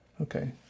Okay